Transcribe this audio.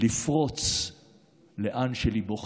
לפרוץ לאן שליבו חפץ.